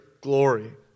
glory